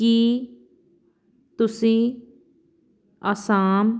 ਕੀ ਤੁਸੀਂ ਆਸਾਮ